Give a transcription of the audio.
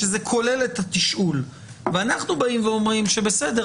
שזה כולל את התשאול ואנחנו באים ואומרים שבסדר,